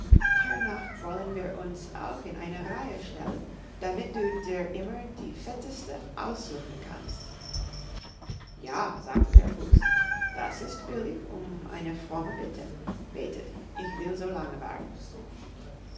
hernach wollen wir uns auch in eine reihe stellen damit du dir immer die fetteste aussuchen kannst ja sagte der fuchs das ist billig um eine fromme bitte betet ich will so lange warten